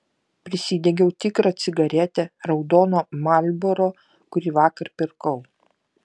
prisidegiau tikrą cigaretę raudono marlboro kurį vakar pirkau